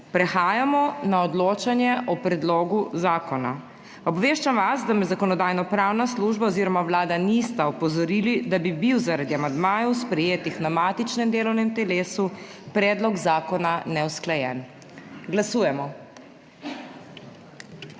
prehajamo na odločanje o predlogu zakona. Obveščam vas, da me Zakonodajno-pravna služba oziroma Vlada nista opozorili, da bi bil zaradi amandmajev, sprejetih na matičnem delovnem telesu, predlog zakona neusklajen. Glasujemo.